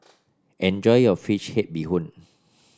enjoy your fish head Bee Hoon